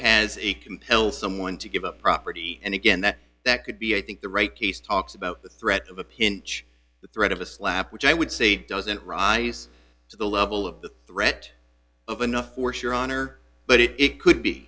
compel someone to give up property and again that that could be i think the right case talks about the threat of a pinch the threat of a slap which i would say doesn't rise to the level of the threat of enough for sure honor but it it could be